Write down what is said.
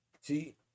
See